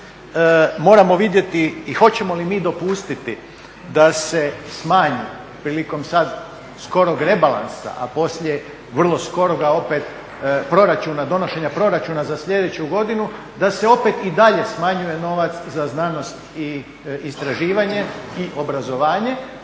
moramo vidjeti i hoćemo li mi dopustiti da se smanji prilikom sad skorog rebalansa, a poslije vrlo skoroga opet proračuna, donošenja proračuna za sljedeću godinu da se opet i dalje smanjuje novac za znanost i istraživanje i obrazovanje